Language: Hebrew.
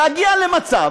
הוא להגיע למצב